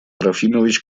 трофимович